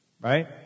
Right